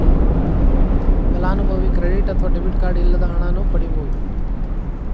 ಫಲಾನುಭವಿ ಕ್ರೆಡಿಟ್ ಅತ್ವ debit card ಇಲ್ಲದ ಹಣನ ಪಡಿಬೋದ್